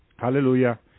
Hallelujah